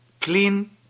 clean